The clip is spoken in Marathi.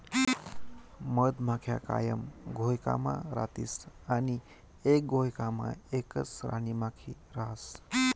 मधमाख्या कायम घोयकामा रातीस आणि एक घोयकामा एकच राणीमाखी रहास